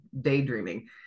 daydreaming